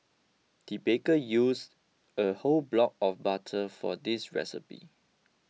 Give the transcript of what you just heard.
the baker used a whole block of butter for this recipe